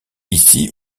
ici